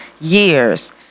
years